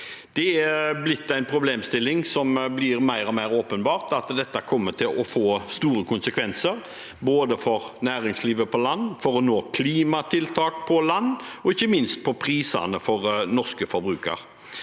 Det er en problemstilling som er blitt mer og mer åpenbar, at dette kommer til å få store konsekvenser både for næringslivet på land, for å nå klimatiltak på land og ikke minst for prisene for norske forbrukere.